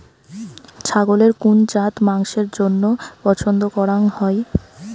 ছাগলের কুন জাত মাংসের জইন্য পছন্দ করাং হই?